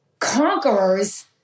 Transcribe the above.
conquerors